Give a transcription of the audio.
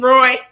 Roy